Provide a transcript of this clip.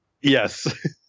Yes